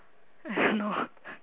I don't know